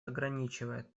ограничивает